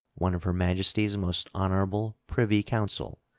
one of her majesty's most honorable privy council,